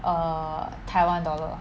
err taiwan dollar